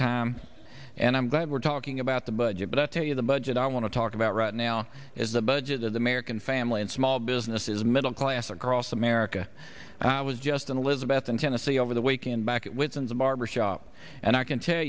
time and i'm glad we're talking about the budget but i tell you the budget i want to talk about right now is the budget of the american family and small business is middle class across america and i was just in a lizabeth in tennessee over the weekend back within the barbershop and i can tell